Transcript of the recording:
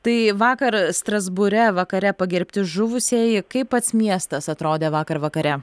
tai vakar strasbūre vakare pagerbti žuvusieji kaip pats miestas atrodė vakar vakare